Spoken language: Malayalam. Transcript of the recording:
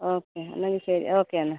ഓക്കെ എന്നാൽ ശരി ഓക്കെ എന്നാൽ